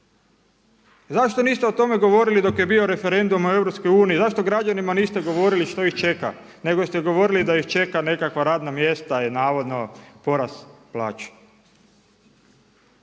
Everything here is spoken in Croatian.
Zašto niste o tome govorili dok je bio referendum o EU, zašto građanima niste govorili što ih čeka nego ste govorili da ih čeka nekakva radna mjesta i navodno porast plaća.